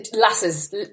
lasses